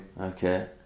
Okay